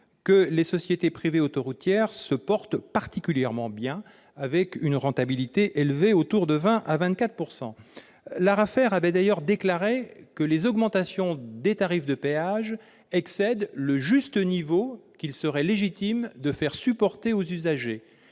les sociétés privées autoroutières se portent particulièrement bien, avec une rentabilité élevée qui se situe entre 20 % et 24 %. L'ARAFER avait d'ailleurs indiqué que les augmentations des tarifs de péages prévues excédaient le juste niveau qu'il était légitime de faire supporter aux usagers.